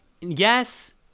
yes